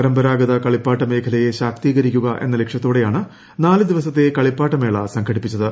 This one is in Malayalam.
പരമ്പരാഗത കളിപ്പാട്ട മേഖലയെ ശാക്തീകരിക്കുക എന്ന ലക്ഷ്യത്തോടെയാണ് നാല് ദിവസത്തെ കളിപ്പാട്ട മേള സംഘടിപ്പിച്ചത്